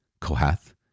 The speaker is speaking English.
Kohath